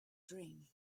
dream